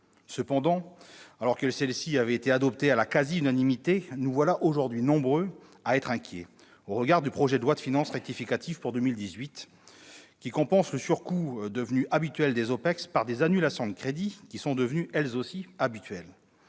Cependant, alors que celle-ci avait été adoptée à la quasi-unanimité, nous sommes aujourd'hui nombreux à être inquiets, au regard du projet de loi de finances rectificative pour 2018, qui compense le surcoût devenu habituel des OPEX par des annulations de crédits qui sont devenues, elles aussi, habituelles.